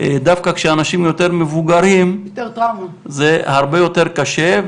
דווקא כשאנשים יותר מבוגרים זה הרבה יותר קשה,